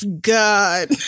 God